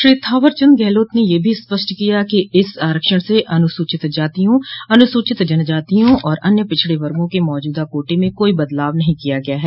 श्री थावर चंद गहलोत ने यह भी स्पष्ट किया कि इस आरक्षण से अनुसूचित जातियों अनुसूचित जनजातियों और अन्य पिछड़े वर्गों के मौजूदा कोटे में कोई बदलाव नहीं किया गया है